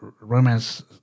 romance